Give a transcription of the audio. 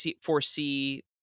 foresee